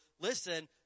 Listen